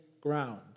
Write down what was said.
ground